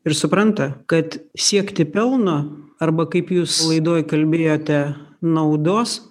ir supranta kad siekti pelno arba kaip jūs laidoj kalbėjote naudos